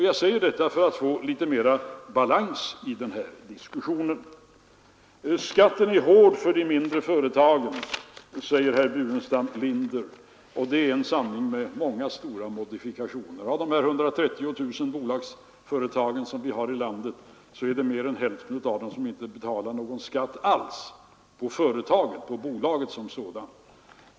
Jag säger detta för att få litet mera balans i den här diskussionen. Skatten är hård för de mindre företagen, säger herr Burenstam Linder. Det är en sanning med många stora modifikationer. Av de 130 000 bolagsföretagare som vi har i landet är det mer än hälften som inte betalar någon skatt alls för bolaget som sådant.